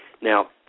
Now